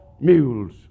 mules